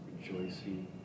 rejoicing